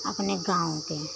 अपने गाँव के